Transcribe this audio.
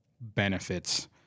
benefits